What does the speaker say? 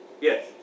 Yes